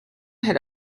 had